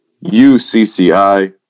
U-C-C-I